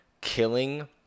killing